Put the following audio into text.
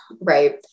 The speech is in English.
Right